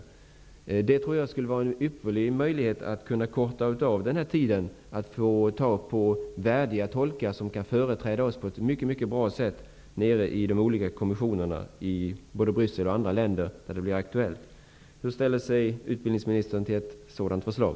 Jag tror att tillgången till invandrare vore en ypperlig möjlighet när det gäller att korta av utbildningstiden för värdiga tolkar, som kan företräda oss på ett bra sätt i kommissionerna i Bryssel och på andra håll. Hur ställer sig utbildningsministern till ett sådant förslag?